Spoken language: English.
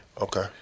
Okay